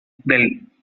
del